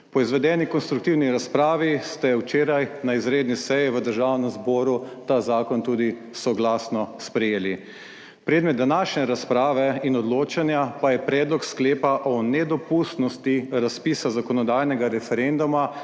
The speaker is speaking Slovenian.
Po izvedeni konstruktivni razpravi ste včeraj na izredni seji v Državnem zboru ta zakon tudi soglasno sprejeli. Predmet današnje razprave in odločanja pa je Predlog sklepa o nedopustnosti razpisa zakonodajnega referenduma